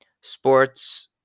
sports